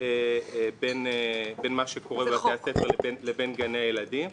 בין מה שקורה בבתי הספר לבין גני הילדים,